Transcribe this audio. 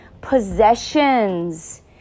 possessions